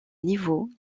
niveaux